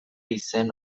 izen